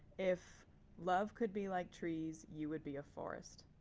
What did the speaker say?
if love could be like trees, you would be a forest